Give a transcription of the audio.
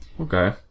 Okay